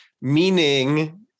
meaning